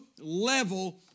level